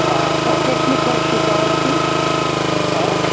آ تۄہہِ گژھِ نہٕ کانٛہہ شِکایَت یِنۍ